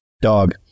Dog